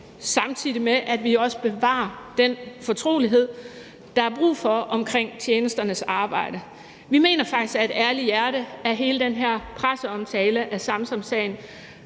samtidig med at vi også bevarer den fortrolighed, der er brug for, omkring tjenesternes arbejde. Vi mener faktisk af et ærligt hjerte, at hele den her presseomtale af Samsamsagen